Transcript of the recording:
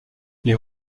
les